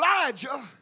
Elijah